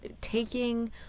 Taking